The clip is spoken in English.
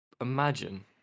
Imagine